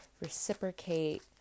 reciprocate